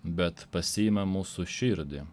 bet pasiima mūsų širdį